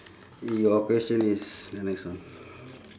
your question is the next one